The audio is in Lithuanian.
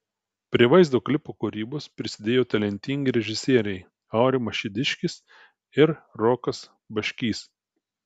prie vaizdo klipo kūrybos prisidėjo talentingi režisieriai aurimas šidiškis ir rokas baškys